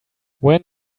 when